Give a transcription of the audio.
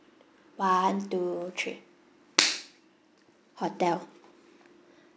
one two three hotel